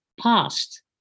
past